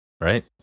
Right